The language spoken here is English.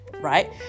right